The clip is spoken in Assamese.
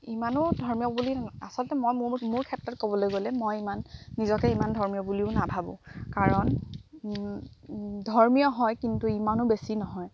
ইমানো ধৰ্মীয় বুলি আচলতে মই মোৰ ক্ষেত্ৰত ক'বলৈ গ'লে মই ইমান নিজকে ইমান ধৰ্মীয় বুলিও নাভাবোঁ কাৰণ ধৰ্মীয় হয় কিন্তু ইমানো বেছি নহয়